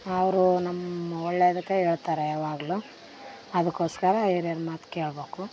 ಅವರು ನಮ್ಮ ಒಳ್ಳೇದಕ್ಕೆ ಹೇಳ್ತಾರೆ ಯವಾಗಲೂ ಅದಕೋಸ್ಕರ ಹಿರಿಯರ್ ಮಾತು ಕೇಳ್ಬೇಕು